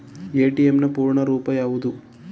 ATM ನ ಪೂರ್ಣ ರೂಪ ಯಾವುದು?